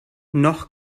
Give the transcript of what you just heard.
noch